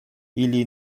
ili